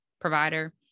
provider